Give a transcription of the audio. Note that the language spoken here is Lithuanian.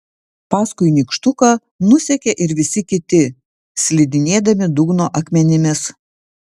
paskui nykštuką nusekė ir visi kiti slidinėdami dugno akmenimis